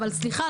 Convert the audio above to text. אבל סליחה,